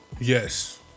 Yes